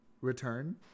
return